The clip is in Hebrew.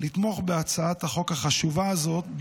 לתמוך בהצעת החוק החשובה הזאת,